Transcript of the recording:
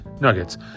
Nuggets